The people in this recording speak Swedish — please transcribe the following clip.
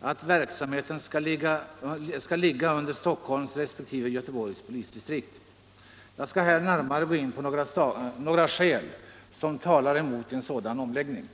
att verksamheten skall ligga under Stockholms resp. Göteborgs polisdistrikt. Jag skall här gå närmare in på några skäl som talar emot en omläggning.